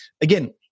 again